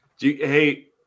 Hey